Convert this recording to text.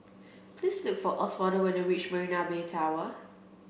please look for Oswaldo when you reach Marina Bay Tower